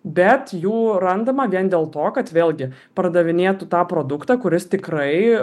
bet jų randama vien dėl to kad vėlgi pardavinėtų tą produktą kuris tikrai